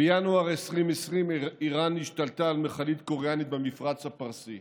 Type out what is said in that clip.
בינואר 2020 איראן השתלטה על מכלית קוריאנית במפרץ הפרסי,